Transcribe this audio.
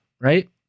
right